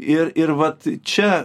ir ir vat čia